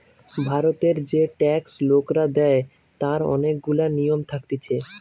ভারতের যে ট্যাক্স লোকরা দেয় তার অনেক গুলা নিয়ম থাকতিছে